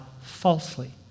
falsely